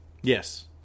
Yes